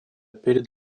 перед